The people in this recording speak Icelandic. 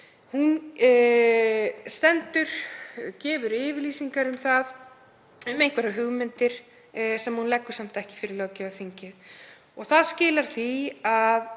Hún gefur yfirlýsingar um einhverjar hugmyndir sem hún leggur samt ekki fyrir löggjafarþingið. Það skilar því að